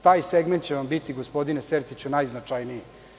Taj segment će vam biti, gospodine Sertiću, najznačajniji.